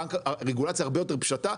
רגולציה הרבה יותר פשוטה,